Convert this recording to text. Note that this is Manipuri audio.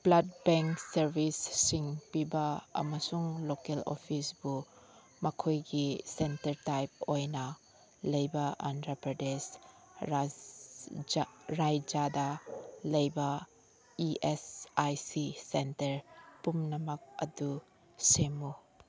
ꯕ꯭ꯂꯗ ꯕꯦꯡ ꯁꯥꯔꯕꯤꯁꯁꯤꯡ ꯄꯤꯕ ꯑꯃꯁꯨꯡ ꯂꯣꯀꯦꯜ ꯑꯣꯐꯤꯁꯄꯨ ꯃꯈꯣꯏꯒꯤ ꯁꯦꯟꯇꯔ ꯇꯥꯏꯞ ꯑꯣꯏꯅ ꯂꯩꯕ ꯑꯟꯗ꯭ꯔꯥ ꯄ꯭ꯔꯗꯦꯁ ꯔꯥꯏꯖ꯭ꯌꯥꯗ ꯂꯩꯕ E S I C centre ꯄꯨꯝꯅꯃꯛ ꯑꯗꯨ ꯁꯦꯝꯃꯨ